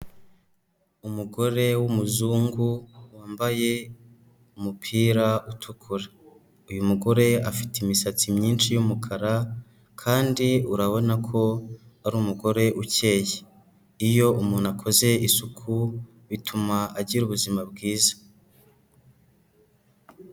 Umugore w'umuzungu wambaye umupira utukura. Uyu mugore afite imisatsi myinshi y'umukara kandi urabona ko ari umugore ukeye. Iyo umuntu akoze isuku, bituma agira ubuzima bwiza.